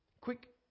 quick